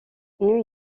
new